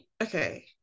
okay